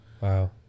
Wow